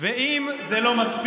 אתם צריכים,